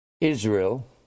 Israel